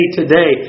today